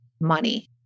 money